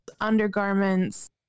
undergarments